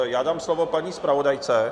Já dám slovo paní zpravodajce.